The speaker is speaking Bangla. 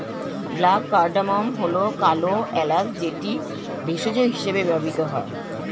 ব্ল্যাক কার্ডামম্ হল কালো এলাচ যেটি ভেষজ হিসেবে ব্যবহৃত হয়